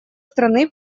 страны